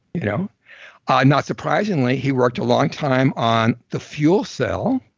you know ah not surprisingly, he worked a long time on the fuel cell,